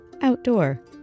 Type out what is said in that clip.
outdoor